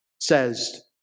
says